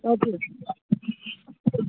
हजुर